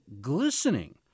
glistening